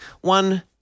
one